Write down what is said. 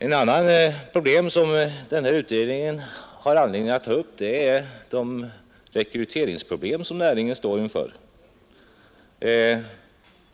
En annan fråga som den här utredningen har anledning att ta upp är de rekryteringsproblem som jordbruksnäringen står inför.